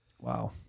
Wow